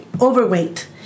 overweight